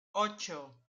ocho